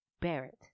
Barrett